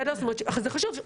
זה חשוב.